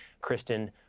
Kristen